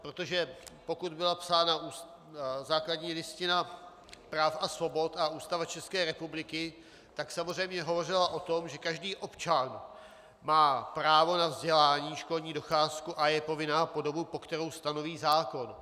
Protože pokud byla psána základní listina práv a svobod a Ústava České republiky, tak samozřejmě hovořila o tom, že každý občan má právo na vzdělání, školní docházku a je povinná po dobu, kterou stanoví zákon.